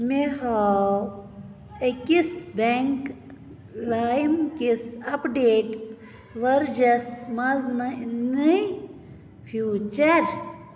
مےٚ ہاو أکِس بٮ۪نٛک لایِمکِس اَپڈیٹ ؤرجَس منٛز نٔے فیوٗچَر